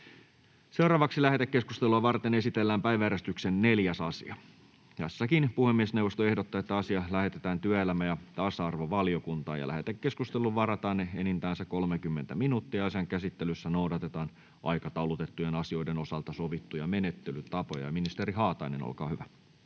Content: Lähetekeskustelua varten esitellään päiväjärjestyksen 4. asia. Puhemiesneuvosto ehdottaa, että asia lähetetään työelämä- ja tasa-arvovaliokuntaan. Lähetekeskusteluun varataan enintään se 30 minuuttia. Asian käsittelyssä noudatetaan aikataulutettujen asioiden osalta sovittuja menettelytapoja. — Ministeri Haatainen, olkaa hyvä.